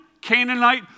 Canaanite